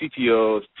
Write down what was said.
CTOs